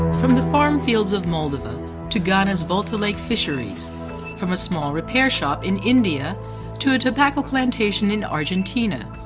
from the farm fields of moldova to ghana' s volta lake fisheries from a small repair shop in india to a tobacco plantation in argentina,